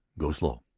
go slow.